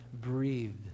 breathed